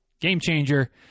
game-changer